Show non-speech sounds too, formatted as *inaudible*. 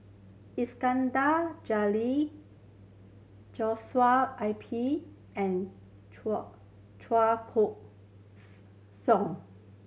Iskandar Jalil Joshua I P and Chua Chua Koon *unintelligible* Siong